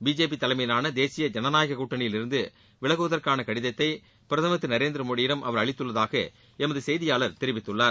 BJP தலைமையிலான தேசிய ஜனநாயக கூட்டணியில் இருந்து விலகுவதற்கான கடிதத்தை பிரதமர் திரு நரேந்திர மோடியிடம் அவர் அளித்துள்ளதாக எமது செய்தியாளர் தெரிவித்துள்ளார்